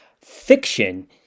fiction